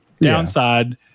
Downside